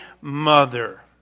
mother